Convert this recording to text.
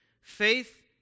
faith